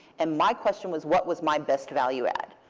and my question was, what was my best value add?